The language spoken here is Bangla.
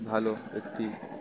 ভালো একটি